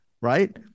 right